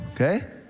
okay